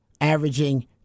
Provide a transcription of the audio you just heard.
averaging